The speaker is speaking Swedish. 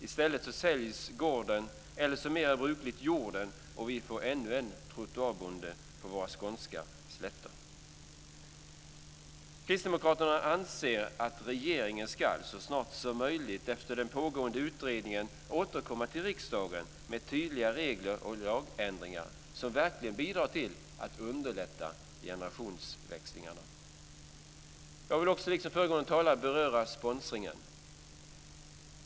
I stället säljs gården, eller som mer brukligt är jorden, och vi får ännu en trottoarbonde på våra skånska slätter. Kristdemokraterna anser att regeringen så snart som möjligt efter den pågående utredningen ska återkomma till riksdagen med tydliga regler och lagändringar som verkligen bidrar till att underlätta generationsväxlingarna. Jag vill liksom föregående talare också beröra sponsringen.